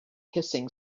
hissing